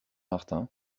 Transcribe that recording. martin